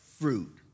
fruit